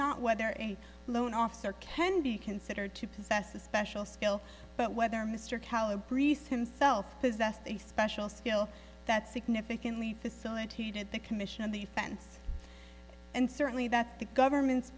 not whether a loan officer can be considered to possess a special skill but whether mr caliber east himself possessed a special skill that significantly facilitated the commission of the fence and certainly that the government's